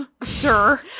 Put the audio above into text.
Sir